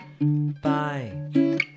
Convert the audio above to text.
bye